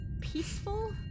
peaceful